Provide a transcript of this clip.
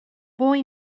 boy